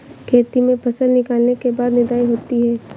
खेती में फसल निकलने के बाद निदाई होती हैं?